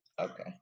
okay